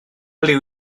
ble